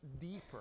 deeper